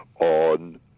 on